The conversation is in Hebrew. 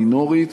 מינורית.